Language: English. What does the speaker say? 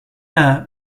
air